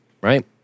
right